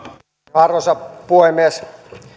arvoisa puhemies